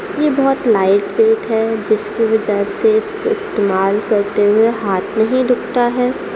یہ بہت lightweight ہے جس کی وجہ سے اس کو استعمال کرتے ہوئے ہاتھ نہیں دکھتا ہے